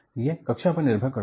यह कक्षा पर निर्भर करता है